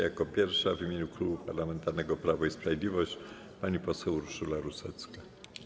Jako pierwsza, w imieniu Klubu Parlamentarnego Prawo i Sprawiedliwość, głos zabierze pani poseł Urszula Rusecka.